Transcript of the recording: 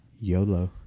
YOLO